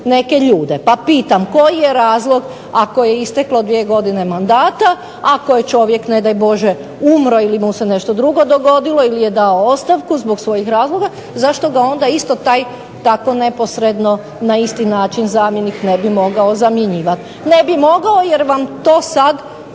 neke ljude. Pa pitam koji je razlog ako je isteklo dvije godine mandata, ako je čovjek ne daj Bože umro ili mu se nešto drugo dogodilo, ili je dao ostavku zbog svojih razloga, zašto ga onda isto taj tako neposredno na isti način zamjenik ne bi mogao zamjenjivati? Ne bi mogao jer vam to sad